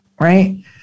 right